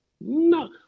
No